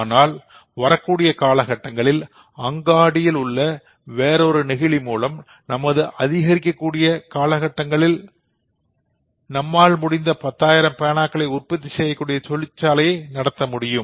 ஆனால் வரக்கூடிய காலகட்டங்களில் அங்காடியில் உள்ள வேறொரு நெகிழி மூலம் நமது அதிகரிக்கக்கூடிய காலகட்டங்களில் நம்மால் முடிந்த பத்தாயிரம் பேனாக்கள் உற்பத்தி செய்யக்கூடிய தொழிற்சாலையை நடத்த முடியும்